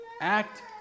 Act